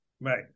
right